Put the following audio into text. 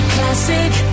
Classic